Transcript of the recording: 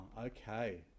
okay